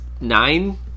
nine